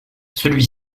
celui